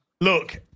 Look